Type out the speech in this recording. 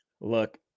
Look